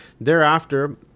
Thereafter